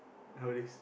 holidays